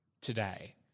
today